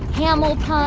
hamil-pun. um